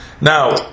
Now